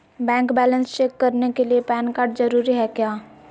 Bank balance check करने के लिए पैन कार्ड जरूरी है क्या?